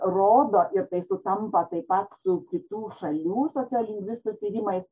rodo ir tai sutampa taip pat su kitų šalių sociolingvistiniu tyrimais